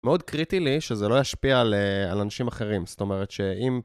מאוד קריטי לי שזה לא ישפיע על אה..על אנשים אחרים, זאת אומרת שאם...